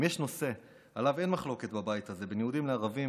אם יש נושא שאין עליו מחלוקת בבית הזה בין יהודים לערבים,